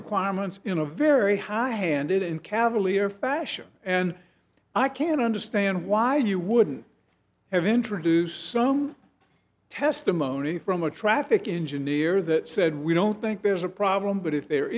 requirements in a very high handed and cavalier fashion and i can't understand why you wouldn't have introduced some testimony from a traffic engineer that said we don't think there's a problem but if there